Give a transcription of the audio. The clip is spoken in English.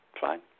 Fine